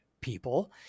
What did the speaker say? people